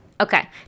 Okay